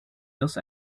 dos